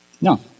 No